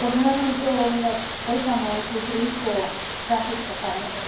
પગારનું તો મતલબ ઓછામાં ઓછું ત્રીસ તો રાખી જ શકાય મતલબ